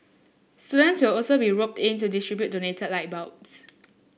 students will also be roped in to distribute donated light bulbs